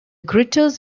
gritters